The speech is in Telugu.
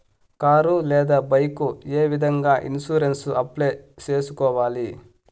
కారు లేదా బైకు ఏ విధంగా ఇన్సూరెన్సు అప్లై సేసుకోవాలి